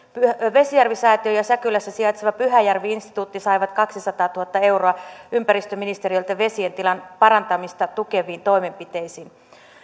vesijärvisäätiö ja säkylässä sijaitseva pyhäjärvi instituutti saivat kaksisataatuhatta euroa ympäristöministeriöltä vesien tilan parantamista tukeviin toimenpiteisiin